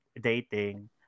dating